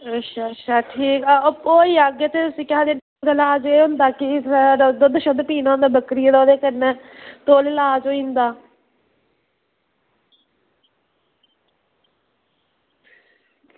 अच्छा अच्छा ठीक ऐ होई जाह्गे इसी केह् आखदे एह्दा लाज़ एह् होंदा कि दुद्ध शुद्ध पीना होंदा बक्करियै दा ते कन्नै तौले लाज़ होई जंदा